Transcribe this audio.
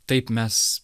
taip mes